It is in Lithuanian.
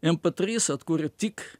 mp trys atkuria tik